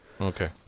Okay